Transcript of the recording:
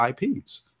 IPs